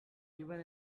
given